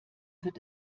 wird